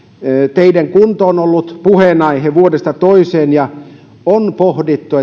teiden kunto on ollut puheenaihe vuodesta toiseen ja on pohdittu